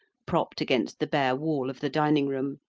propped against the bare wall of the dining-room,